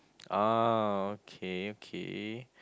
oh okay okay